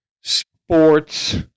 sports